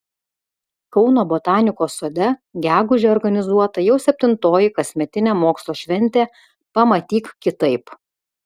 kauno botanikos sode gegužę organizuota jau septintoji kasmetinė mokslo šventė pamatyk kitaip